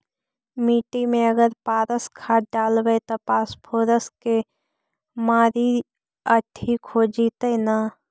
मिट्टी में अगर पारस खाद डालबै त फास्फोरस के माऋआ ठिक हो जितै न?